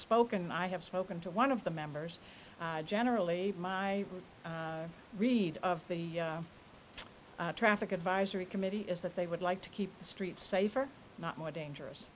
spoken i have spoken to one of the members generally my read of the traffic advisory committee is that they would like to keep the streets safer not more dangerous